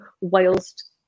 whilst